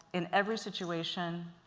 in every situation,